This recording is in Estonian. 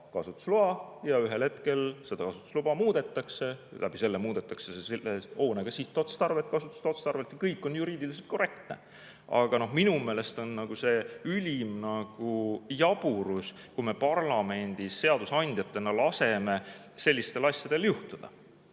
kasutusloa ja ühel hetkel seda kasutusluba muudetakse, sellega muudetakse hoone sihtotstarvet, kasutusotstarvet ja kõik on juriidiliselt korrektne. Aga minu meelest on see ülim jaburus, kui me parlamendis seadusandjatena laseme sellistel asjadel juhtuda.